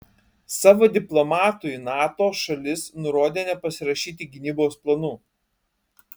savo diplomatui nato šalis nurodė nepasirašyti gynybos planų